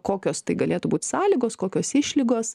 kokios tai galėtų būt sąlygos kokios išlygos